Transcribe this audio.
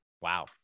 Wow